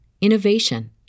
innovation